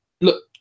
Look